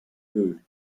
food